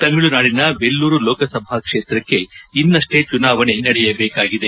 ತಮಿಳುನಾಡಿನ ವೆಲ್ಲೂರು ಲೋಕಸಭಾ ಕ್ಷೇತ್ರಕ್ಕೆ ಇನ್ನಷ್ಟೇ ಚುನಾವಣೆ ನಡೆಯಬೇಕಾಗಿದೆ